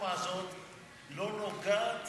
שהרפורמה הזאת לא נוגעת